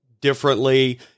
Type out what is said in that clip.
differently